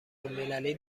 المللی